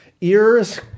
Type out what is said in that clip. ears